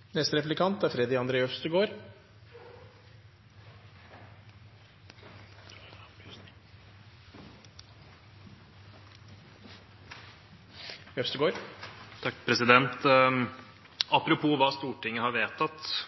hva Stortinget har vedtatt: